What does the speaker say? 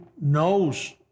knows